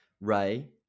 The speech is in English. Ray